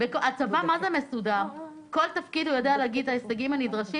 הצבא מסודר, בכל תפקיד הוא יודע להגיד ה"נ וסד"פ.